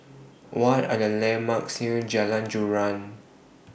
What Are The landmarks near Jalan Joran